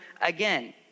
again